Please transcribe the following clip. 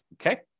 okay